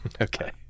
Okay